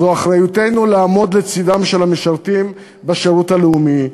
זו אחריותנו לעמוד לצדם של המשרתים בשירות הלאומי,